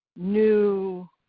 new